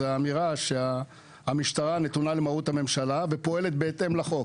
וזו האמירה שהמשטרה נתונה למרות הממשלה ופועלת בהתאם לחוק.